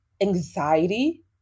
anxiety